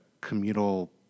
communal